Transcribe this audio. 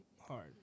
Hard